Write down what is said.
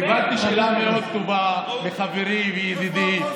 קיבלתי שאלה מאוד טובה מחברי וידידי.